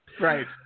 Right